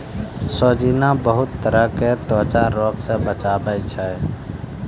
सोजीना बहुते तरह के त्वचा रोग से बचावै छै